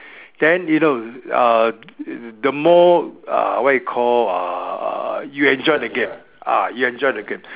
then you know uh the more uh what you call uh uh you enjoy the game ah you enjoy the game